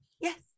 Yes